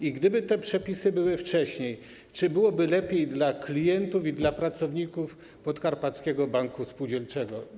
Czy gdyby te przepisy były wcześniej, byłoby lepiej dla klientów i dla pracowników Podkarpackiego Banku Spółdzielczego?